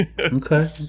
Okay